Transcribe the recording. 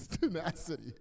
Tenacity